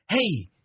Hey